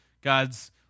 God's